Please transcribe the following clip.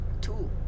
Two